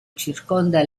circonda